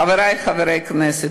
חברי חברי הכנסת,